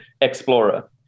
Explorer